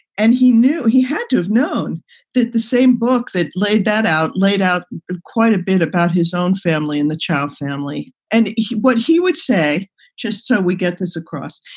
and he knew he had to have known that the same book that laid that out laid out quite a bit about his own family and the child family and what he would say just so we get this across.